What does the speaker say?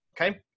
Okay